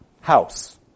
house